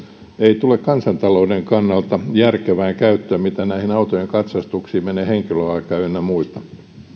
ei tule kansantalouden kannalta järkevään käyttöön mitä näihin autojen katsastuksiin menee henkilötyöaikaa ynnä muita